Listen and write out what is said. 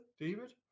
David